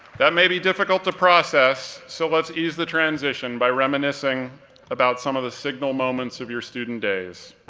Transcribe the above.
that may be difficult to process so let's ease the transition by reminiscing about some of the signal moments of your student days.